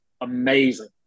amazing